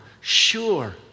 sure